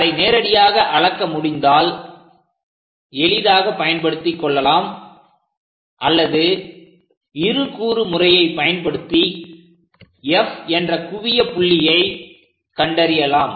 அதை நேரடியாக அளக்க முடிந்தால் எளிதாக பயன்படுத்தி கொள்ளலாம் அல்லது இருகூறு முறையை பயன்படுத்தி F என்ற குவிய புள்ளியை கண்டறியலாம்